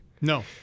No